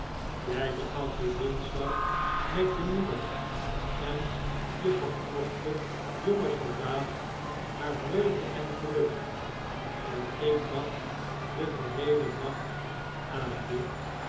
jij begaf je dinsdag met je moeder en je verknochten jongen soldaat naar vreugde en geluk en ik dacht den geheelen nacht aan je